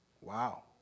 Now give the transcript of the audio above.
Wow